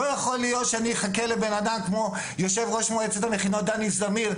לא יכול להיות שאני אחכה לבן אדם כמו יושב ראש מועצת המכינות דני זמיר,